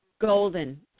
golden